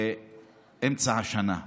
לאמצע השנה.